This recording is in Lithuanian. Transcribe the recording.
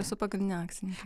esu pagrindinė akcininkė